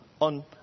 on